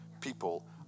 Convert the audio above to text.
people